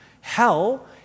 Hell